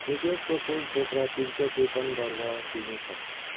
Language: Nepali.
निकुञ्जको कुल क्षेत्र तिन सौ त्रिपन्न वर्ग किमि छ